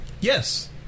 Yes